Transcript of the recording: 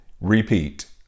repeat